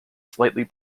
slightly